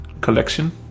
collection